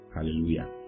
Hallelujah